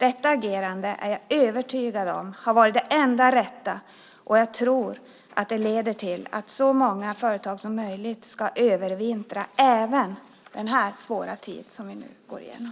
Detta agerande är jag övertygad om har varit det enda rätta, och jag tror att det leder till att så många företag som möjligt ska överleva även den svåra tid som vi nu går igenom.